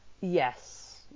yes